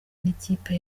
n’ikipe